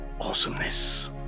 Awesomeness